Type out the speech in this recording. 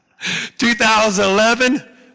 2011